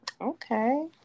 okay